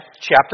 chapter